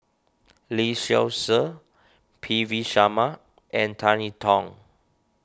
Lee Seow Ser P V Sharma and Tan Yee Tong